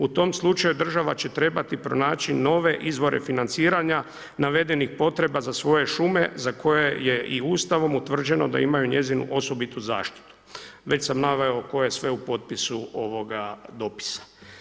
U tom slučaju država će trebati pronaći nove izvore financiranja navedenih potreba za svoje šume za koje je i Ustavom utvrđeno da imaju njezinu osobitu zaštitu.“ Već sam naveo koje sve u potpisu ovoga dopisa.